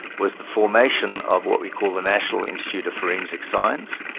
was the formation of what we call the national institute of forensic science,